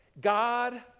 God